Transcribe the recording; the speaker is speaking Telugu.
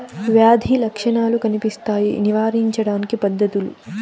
వ్యాధి లక్షణాలు కనిపిస్తాయి నివారించడానికి పద్ధతులు?